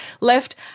left